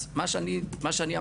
אז מה שאני אמרתי,